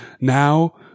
Now